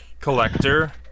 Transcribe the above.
collector